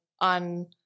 On